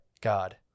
god